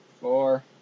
Four